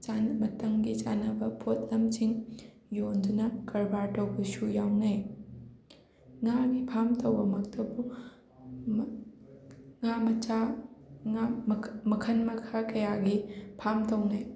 ꯆꯥꯟ ꯃꯇꯝꯒꯤ ꯆꯥꯟꯅꯕ ꯄꯣꯠꯂꯝꯁꯤꯡ ꯌꯣꯟꯗꯨꯅ ꯀꯔꯕꯥꯔ ꯇꯧꯕꯁꯨ ꯌꯥꯎꯅꯩ ꯉꯥꯒꯤ ꯐꯥꯝ ꯇꯧꯕꯃꯛꯇꯕꯨ ꯃ ꯉꯥ ꯃꯆꯥ ꯉꯥ ꯃꯈꯜ ꯃꯈꯜ ꯃꯈꯥ ꯀꯌꯥꯒꯤ ꯐꯥꯝ ꯇꯧꯅꯩ